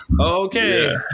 Okay